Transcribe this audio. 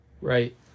Right